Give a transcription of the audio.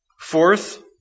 Fourth